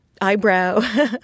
eyebrow